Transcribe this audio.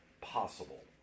possible